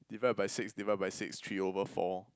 divide by six divide by six three over four